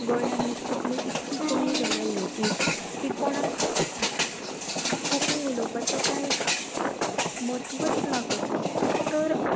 गोंयांत आयज कोंकणी इतकी कमी जाल्या उलोवपी की कोणाक कोंकणी उलोवपाचो कांय म्हत्वूच ना कसो तर